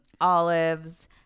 olives –